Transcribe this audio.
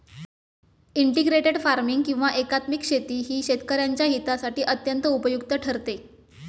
integrated farming किंवा एकात्मिक शेती ही शेतकऱ्यांच्या हितासाठी अत्यंत उपयुक्त ठरते